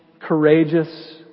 courageous